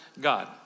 God